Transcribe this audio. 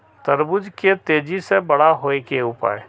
तरबूज के तेजी से बड़ा होय के उपाय?